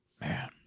Man